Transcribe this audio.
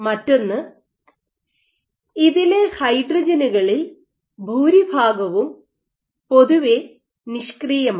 മറ്റൊന്ന് ഇതിലെ ഹൈഡ്രജനുകളിൽ ഭൂരിഭാഗവും പൊതുവെ നിഷ്ക്രിയമാണ്